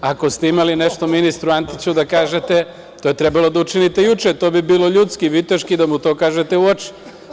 Ako ste imali nešto ministru Antiću da kažete, to je trebalo da učinite juče, bilo bi ljudski i viteški da mu to kažete u oči.